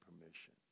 permission